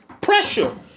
pressure